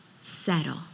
settle